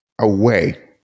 away